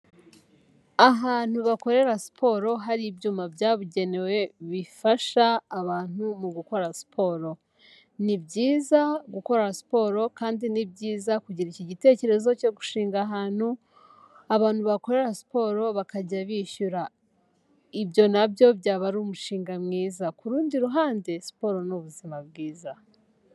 Ahantu bakorera siporo hari ibyuma byabugenewe bifasha abantu mu gukora siporo. Ni byiza gukora siporo kandi ni byiza kugira iki igitekerezo cyo gushinga ahantu abantu bakorera siporo bakajya bishyura. Ibyo nabyo byaba ari umushinga mwiza. Ku rundi ruhande siporo ni ubuzima bwiza.